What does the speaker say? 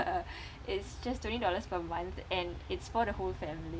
uh it's just twenty dollars per month and it's for the whole family